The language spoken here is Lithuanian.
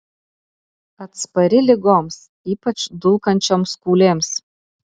atspari ligoms ypač dulkančioms kūlėms